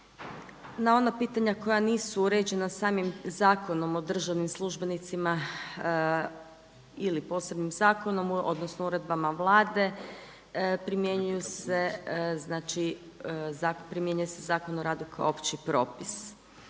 Na ona pitanja koja nisu uređena samim Zakonom o državnim službenicima ili posebnim zakonom, odnosno uredbama Vlade primjenjuju se znači, primjenjuje se Zakon o radu kao opći propis.